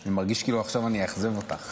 אני מרגיש כאילו עכשיו אאכזב אותך,